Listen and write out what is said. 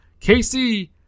KC